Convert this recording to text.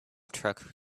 truck